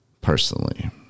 personally